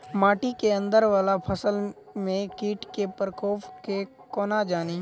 माटि केँ अंदर वला फसल मे कीट केँ प्रकोप केँ कोना जानि?